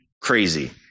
crazy